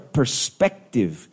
perspective